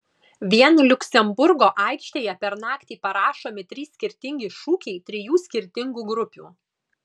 vien liuksemburgo aikštėje per naktį parašomi trys skirtingi šūkiai trijų skirtingų grupių